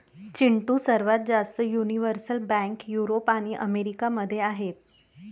चिंटू, सर्वात जास्त universal bank Europe आणि अमेरिका मध्ये आहेत